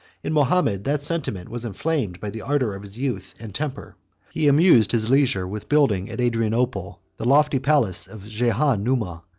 in mahomet, that sentiment was inflamed by the ardor of his youth and temper he amused his leisure with building at adrianople the lofty palace of jehan numa,